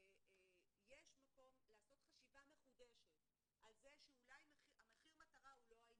יש מקום לעשות חשיבה מחודשת על זה שאולי מחיר המטרה הוא לא העניין,